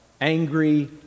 angry